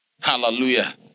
Hallelujah